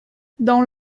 dans